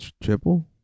triple